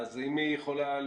אם היא יכולה,